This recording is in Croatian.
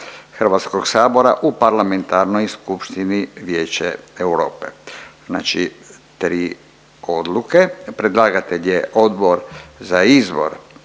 Izaslanstva HS-a u Parlamentarnoj skupštini Vijeća Europe znači tri odluke. Predlagatelj je Odbor za izbor,